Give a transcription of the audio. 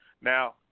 Now